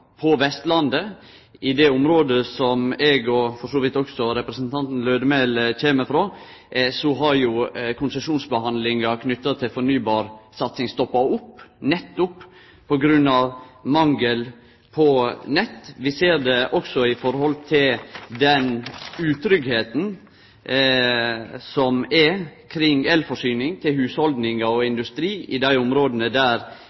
på Vestlandet. I det området som eg – og for så vidt også representanten Lødemel – kjem frå, har konsesjonsbehandlinga knytt til fornybarsatsing stoppa opp, nettopp på grunn av mangel på nett. Dette ser vi også når det gjeld utryggleiken kring elforsyning til hushald og industri i dei områda der